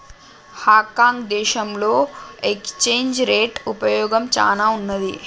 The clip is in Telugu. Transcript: హాంకాంగ్ దేశంలో ఎక్స్చేంజ్ రేట్ ఉపయోగం చానా ఉన్నాది